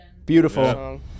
Beautiful